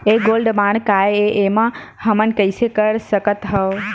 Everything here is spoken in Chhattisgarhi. ये गोल्ड बांड काय ए एमा हमन कइसे कर सकत हव?